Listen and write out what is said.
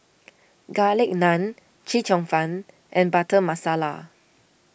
Garlic Naan Chee Cheong Fun and Butter Masala